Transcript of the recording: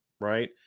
Right